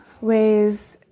ways